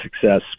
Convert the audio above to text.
success